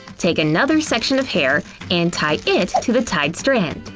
take another section of hair and tie it to the tied strand.